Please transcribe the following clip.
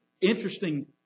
interesting